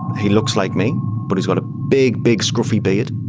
he looks like me but he's got a big, big scruffy beard.